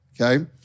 okay